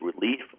relief